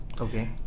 Okay